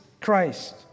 Christ